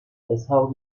اسحاق